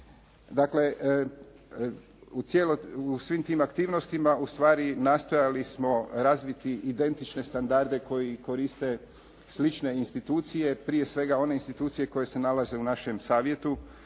Dakle, u svim tim aktivnostima ustvari nastojali smo razviti identične standarde koje koriste slične institucije prije svega one institucije koje se nalaze u našem savjetu,